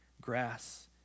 grass